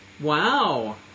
Wow